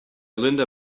linda